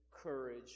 courage